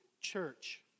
church